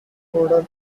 coder